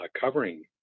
covering